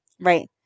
Right